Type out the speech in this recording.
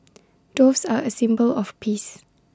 doves are A symbol of peace